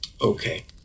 okay